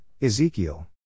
Ezekiel